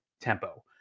tempo